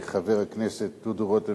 של חברי הכנסת דודו רותם,